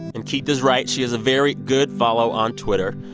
and keith is right she is a very good follow on twitter.